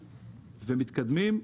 ומתקדמים.